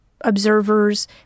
observers